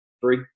Three